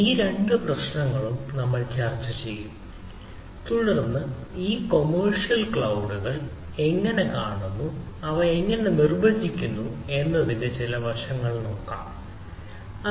ഈ രണ്ട് പ്രശ്നങ്ങളും നമ്മൾ ചർച്ചചെയ്യും തുടർന്ന് ഈ കൊമേർഷ്യൽ ക്ലൌഡുകൾ എങ്ങനെ കാണുന്നു അവ എങ്ങനെ നിർവചിക്കുന്നു എന്നതിന്റെ ചില വശങ്ങൾ നോക്കാൻ ശ്രമിക്കും